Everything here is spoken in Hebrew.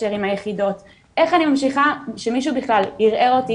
איך אני ממשיכה לקיים את הקשר עם היחידות,